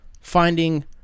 finding